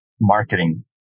marketing